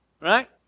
Right